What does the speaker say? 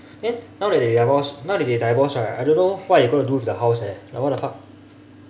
then now that they divorce now that they divorce right I don't know what they going to do with the house eh like what the fuck